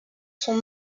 sont